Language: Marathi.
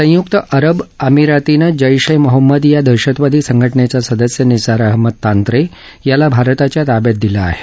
संयुक्त अरब अमिरातीनं जेश ए मोहम्मद या दहशतवादी संघटनेचा सदस्य निसार अहमद तांत्रे याला भारताच्या ताब्यात दिलं आहे